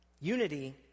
Unity